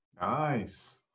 nice